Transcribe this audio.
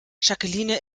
jacqueline